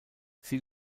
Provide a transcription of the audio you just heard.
sie